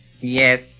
Yes